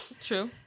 True